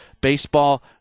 baseball